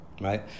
right